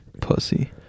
Pussy